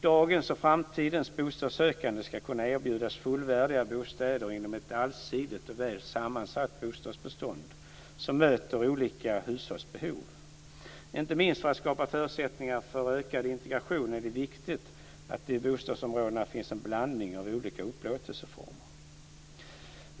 Dagens och framtidens bostadssökande ska kunna erbjudas fullvärdiga bostäder inom ett allsidigt och väl sammansatt bostadsbestånd som möter olika hushålls behov. Inte minst för att skapa förutsättningar för ökad integration är det viktigt att det i bostadsområdena finns en blandning av olika upplåtelseformer.